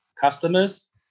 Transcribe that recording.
customers